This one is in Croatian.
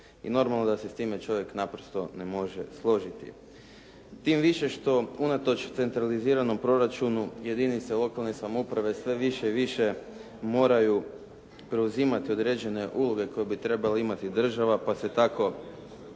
I normalno da se s time čovjek naprosto ne može složiti, tim više što unatoč centraliziranom proračunu jedinice lokalne samouprave sve više i više moraju preuzimati određene uloge koju bi trebala imati država pa se tako